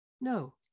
No